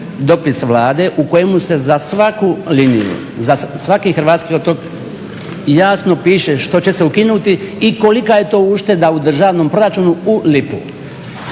dopis Vlade u kojemu se za svaku liniju, za svaki hrvatski otok jasno piše što će se ukinuti i kolika je to ušteda u državnom proračunu u lipu.